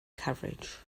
coverage